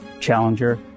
Challenger